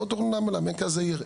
מרכז העיר,